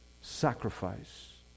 sacrifice